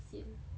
sian